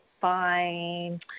fine